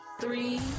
Three